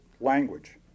language